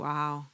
Wow